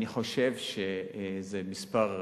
אני חושב שזה מספר,